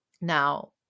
Now